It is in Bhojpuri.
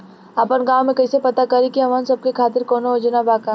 आपन गाँव म कइसे पता करि की हमन सब के खातिर कौनो योजना बा का?